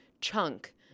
chunk